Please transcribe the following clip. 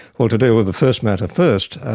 well, to deal with the first matter first,